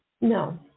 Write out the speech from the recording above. No